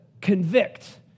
convict